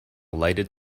lighted